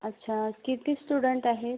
अच्छा किती स्टुडंट आहे